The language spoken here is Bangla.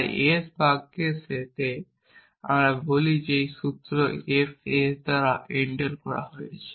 তাই s বাক্যের সেটে আমরা বলি যে একটি সূত্র f s দ্বারা এনটেল করা হয়েছে